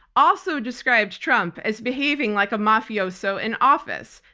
also described trump as behaving like a mafioso in office.